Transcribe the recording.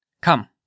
Come